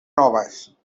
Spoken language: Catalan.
noves